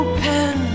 Open